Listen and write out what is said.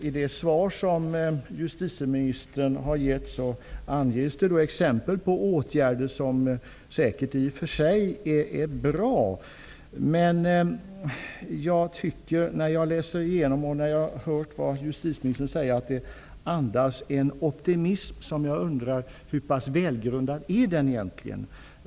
I det svar som justitieministern har gett anges exempel på åtgärder som säkert är bra i och för sig. Det justitieministern säger andas en optimism, men jag undrar hur pass välgrundad den egentligen är.